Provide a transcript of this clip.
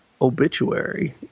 obituary